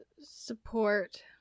Support